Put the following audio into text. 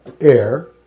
air